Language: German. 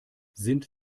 sind